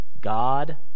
God